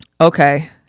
Okay